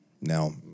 Now